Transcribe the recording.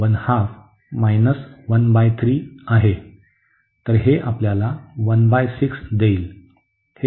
तर हे आपल्याला देईल